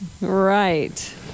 Right